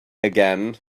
again